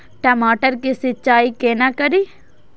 टमाटर की सीचाई केना करी?